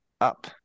up